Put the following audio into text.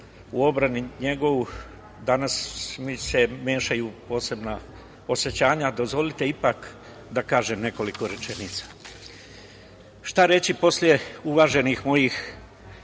u odbrani njegove, danas mi se mešaju posebna osećanja. Dozvolite ipak da kažem nekoliko rečenica. Šta reći posle uvaženih mojih